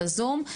בזום.